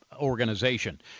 organization